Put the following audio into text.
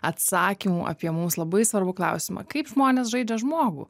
atsakymų apie mums labai svarbų klausimą kaip žmonės žaidžia žmogų